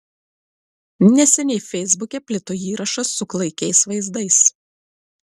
neseniai feisbuke plito įrašas su klaikiais vaizdais